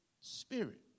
spirit